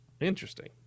Interesting